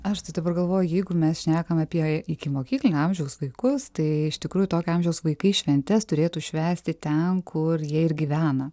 aš tai dabar galvoju jeigu mes šnekam apie ikimokyklinio amžiaus vaikus tai iš tikrųjų tokio amžiaus vaikai šventes turėtų švęsti ten kur jie ir gyvena